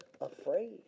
afraid